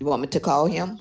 you want me to call him